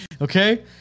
okay